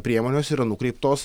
priemonės yra nukreiptos